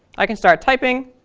i can start typing.